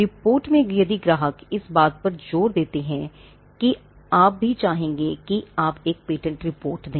report में यदि ग्राहक इस पर जोर देते हैं तो आप भी चाहेंगे कि आप एक पेटेंट रिपोर्ट दें